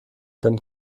dann